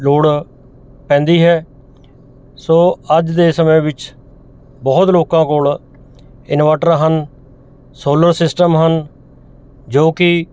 ਲੋੜ ਪੈਂਦੀ ਹੈ ਸੋ ਅੱਜ ਦੇ ਸਮੇਂ ਵਿੱਚ ਬਹੁਤ ਲੋਕਾਂ ਕੋਲ ਇਨਵਰਟਰ ਹਨ ਸੋਲਰ ਸਿਸਟਮ ਹਨ ਜੋ ਕਿ